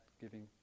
giving